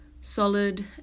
solid